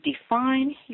define